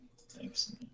Thanks